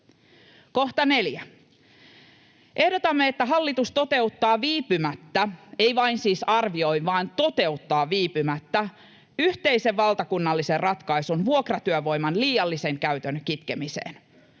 4) Ehdotamme, että hallitus toteuttaa viipymättä — ei siis vain arvioi vaan toteuttaa viipymättä — yhteisen valtakunnallisen ratkaisun vuokratyövoiman liiallisen käytön kitkemiseen.